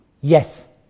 Yes